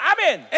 Amen